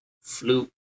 flute